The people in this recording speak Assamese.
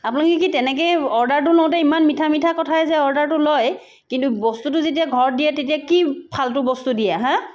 আপুনি কি তেনেকৈয়ে অৰ্ডাৰটো লওঁতে ইমান মিঠা মিঠা কথাই যে অৰ্ডাৰটো লয় কিন্তু বস্তুটো যেতিয়া ঘৰত দিয়ে তেতিয়া কি ফাল্টু বস্তু দিয়ে হে